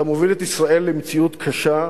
אתה מוביל את ישראל למציאות קשה.